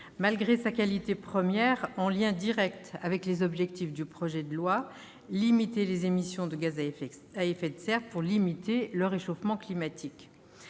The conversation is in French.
malgré sa qualité première en lien direct avec les objectifs du projet de loi : réduire les émissions de gaz à effet de serre pour limiter le réchauffement climatique.